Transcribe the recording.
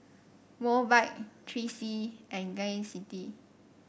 Mobike Three C E and Gain City